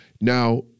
Now